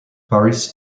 paris